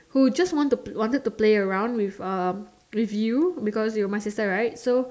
who just want to just wanted to play around with you cause I'm with my sister right so